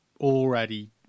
already